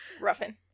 ruffin